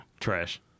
Trash